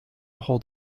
hold